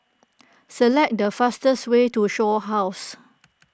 select the fastest way to Shaw House